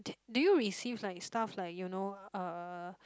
d~ do you receive like stuff like you know uh